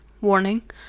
warning